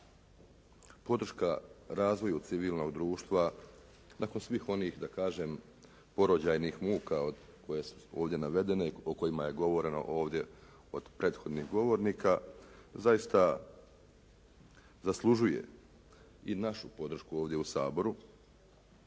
Podrška razvoju civilnog društva, nakon svih onih da kažem, porođajnih muka od koje su ovdje navedene, o kojima je govoreno ovdje od prethodnih govornika, za ista zaslužuje i našu podršku ovdje u Saboru.